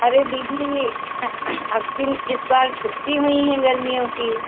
अरे दीदी अब के इस बार छुट्टी हुई है गर्मियों की